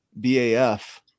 BAF